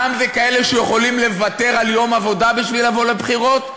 העם זה כאלה שיכולים לוותר על יום עבודה בשביל לבוא לבחירות?